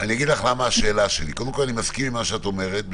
--- אני אגיד לך למה השאלה שלי: קודם כל אני מסכים עם מה שאת אומרת.